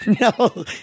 No